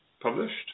published